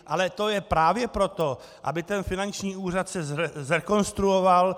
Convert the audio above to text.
Ale to je právě proto, aby finanční úřad se zrekonstruoval.